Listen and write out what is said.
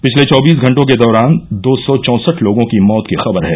पिछले चौबीस घंटों के दौरान दो सौ चौंसठ लोगों की मौत की खबर है